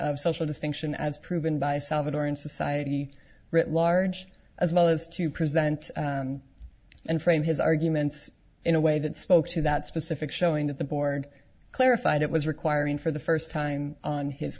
of social distinction as proven by salvadoran society writ large as well as to present and frame his arguments in a way that spoke to that specific showing that the board clarified it was requiring for the first time on his